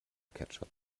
ketchup